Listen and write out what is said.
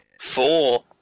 Four